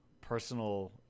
personal